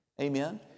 Amen